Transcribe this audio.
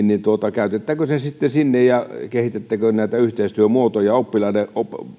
käytettäkööt ne sitten sinne ja kehitettäköön näitä yhteistyömuotoja oppilaiden